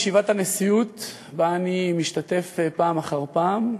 בישיבת הנשיאות שבה אני משתתף פעם אחר פעם,